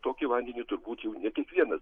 tokį vandenį turbūt jau ne kiekvienas